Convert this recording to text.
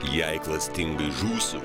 jei klastingai žūsiu